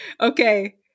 Okay